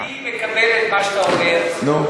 אני מקבל את מה שאתה אומר, נו?